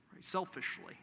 Selfishly